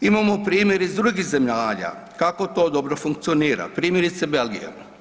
Imamo primjer iz drugih zemalja kako to dobro funkcionira, primjerice Belgija.